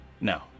No